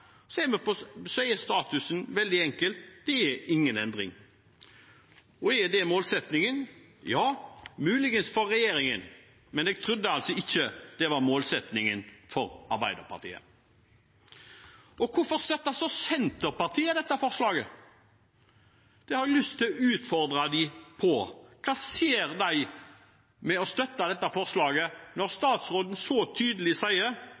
er statusen veldig enkel: Det er ingen endring. Og er det målsettingen? Ja, muligens for regjeringen, men jeg trodde altså ikke at det var målsettingen for Arbeiderpartiet. Hvorfor støtter så Senterpartiet dette forslaget? Det har jeg lyst til å utfordre dem på. Hva ser de med å støtte dette forslaget når statsråden så tydelig sier